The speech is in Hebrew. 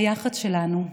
היחד שלנו,